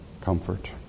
comfort